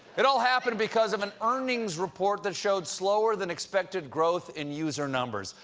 it all happened because of an earnings report that showed slower than expected growth in user numbers.